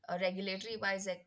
Regulatory-wise